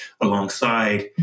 alongside